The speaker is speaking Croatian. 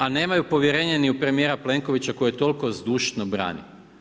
A nemaju povjerenje ni u premijera Plenkovića koji je toliko zdušno brani.